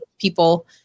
people